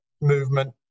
movement